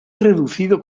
reducido